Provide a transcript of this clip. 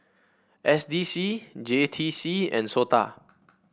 S D C J T C and SOTA